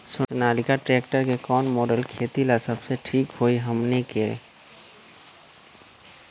Sonalika tractor के कौन model खेती ला सबसे ठीक होई हमने की?